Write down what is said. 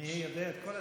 אני יודע את כל התשובות.